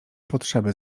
potrzeby